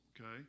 Okay